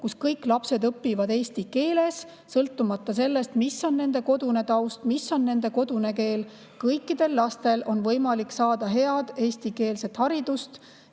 kus kõik lapsed õpivad eesti keeles, sõltumata sellest, mis on nende kodune taust, mis on nende kodune keel. Kõikidel lastel on võimalik saada head eestikeelset haridust.